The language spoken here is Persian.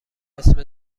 اسم